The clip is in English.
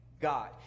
God